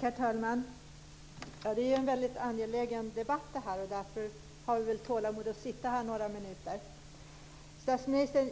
Herr talman! Det är en väldigt angelägen debatt, och därför har vi tålamod att sitta här. Jag har, statsministern,